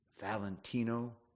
valentino